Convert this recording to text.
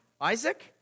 Isaac